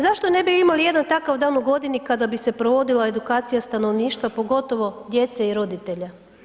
Zašto ne bi imali jedan takav dan u godini kada bi se provodila edukacija stanovništva pogotovo djece i roditelja?